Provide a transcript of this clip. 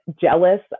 jealous